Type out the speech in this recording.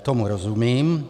Tomu rozumím.